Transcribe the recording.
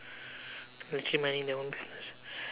literally minding their own business